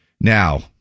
now